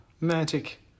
magic